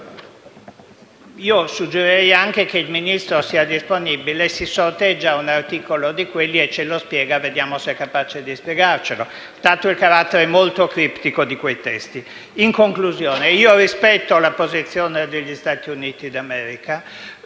Suggerirei anche che con il Ministro, se è disponibile, si sorteggi un articolo di quelli e ce lo spieghi: vedremo se sarà capace di farlo, dato il carattere molto criptico di quei testi. In conclusione, rispetto la posizione degli Stati Uniti d'America,